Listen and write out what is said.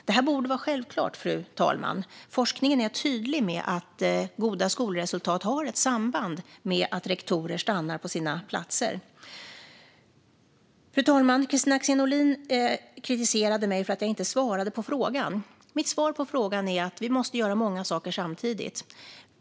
Det här borde vara självklart, fru talman: Forskningen är tydlig med att goda skolresultat har ett samband med att rektorer stannar på sina platser. Fru talman! Kristina Axén Olin kritiserade mig för att jag inte svarade på frågan. Mitt svar på frågan är att vi måste göra många saker samtidigt.